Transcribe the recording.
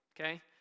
okay